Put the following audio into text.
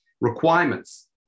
requirements